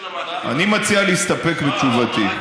אני מציע להסתפק בתשובתי.